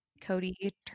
Cody